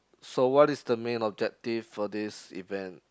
so what is the main objective for this event